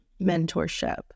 mentorship